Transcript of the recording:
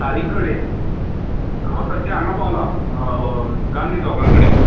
तारी कडेन हांव सद्या हांगा पावलां गांधी चौका कडेन